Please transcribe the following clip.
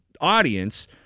audience